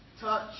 Touch